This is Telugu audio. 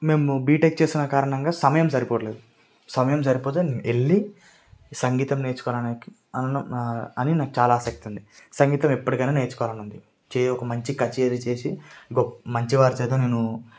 మేము బీటెక్ చేసిన కారణంగా సమయం సరిపోవట్లేదు సమయం సరిపోతే వెళ్ళి సంగీతం నేర్చుకోవాలని అని నాకు చాలా ఆసక్తి ఉంది సంగీతం ఎప్పటికైనా నేర్చుకోవాలని ఉంది చేయి ఒక నేను ఒక మంచి కచేరీ చేసి గొప్ప మంచి వారి చేత నేను